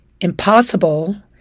Impossible